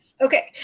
Okay